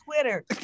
Twitter